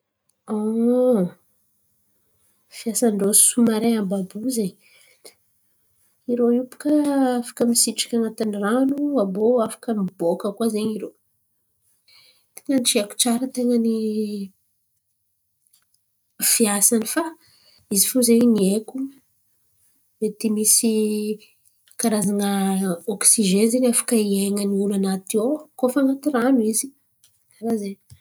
Fiasan-drô somariny àby àby io zen̈y irô io baka afaka misitriky an̈aty ran̈o aviô afaka miboaka koa zen̈y rô. Tain̈any tsy haiko tsara tain̈a fiasany fa izy fo zen̈y ny haiko mety misy karà okisizainy zen̈y afaka hiain̈an’olo an̈aty ao koa fa an̈aty ran̈o izy.